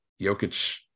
Jokic